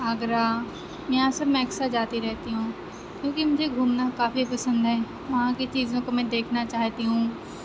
آگرہ یہاں سے میں اکثر جاتی رہتی ہوں کیوں کہ مجھے گھومنا کافی پسند ہے وہاں کی چیزوں کو میں دیکھنا چاہتی ہوں